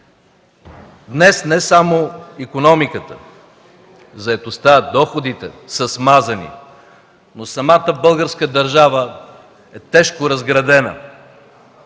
Днес не само икономиката, заетостта, доходите са смазани, но самата българска държава е тежко разградена,